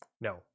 No